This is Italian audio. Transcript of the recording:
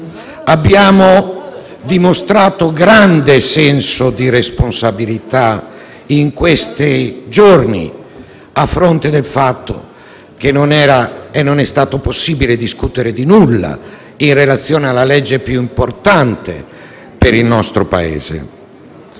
Abbiamo dimostrato grande senso di responsabilità in questi giorni, a fronte del fatto che non era e non è stato possibile discutere di nulla in relazione alla legge più importante per il nostro Paese.